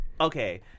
Okay